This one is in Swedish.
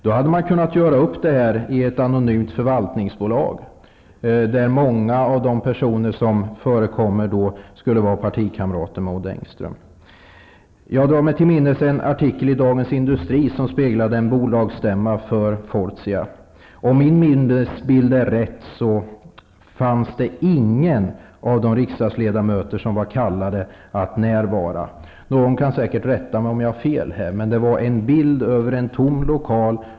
Då hade man kunnat göra upp det här i ett anonymt förvaltningsbolag, där många av de förekommande personerna skulle vara partikamrater med Odd Engström. Jag drar mig till minnes en artikel i Dagens Industri som speglade en bolagsstämma för Fortia. Om min minnesbild är riktig fanns där ingen av de riksdagsledamöter som var kallade att närvara. Någon kan säkert rätta mig om jag har fel. Det var en bild på en tom lokal.